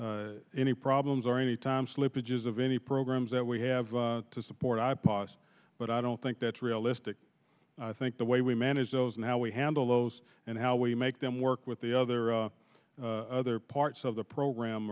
any problems or any time slippage is of any programs that we have to support i pods but i don't think that's realistic i think the way we manage those and how we handle those and how we make them work with the other other parts of the program